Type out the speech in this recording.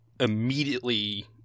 immediately